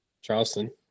Charleston